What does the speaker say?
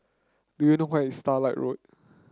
do you know where is Starlight Road